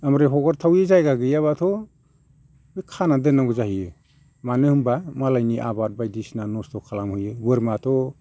ओमफ्राय हगारथावै जायगा गैयाबाथ' बे खानानै दोननांगौ जाहैयो मानो होनबा मालायनि आबाद बायदिसिना नस्थ' खालामहैयो बोरमायाथ'